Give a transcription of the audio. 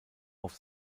auf